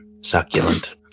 Succulent